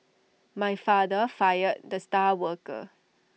my father fired the star worker